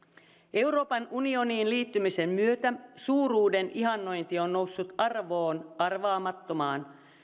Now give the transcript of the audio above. euroopan unioniin liittymisen myötä suuruuden ihannointi on on noussut arvoon arvaamattomaan